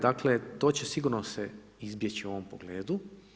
Dakle, to će sigurno se izbjeći u ovom pogledu.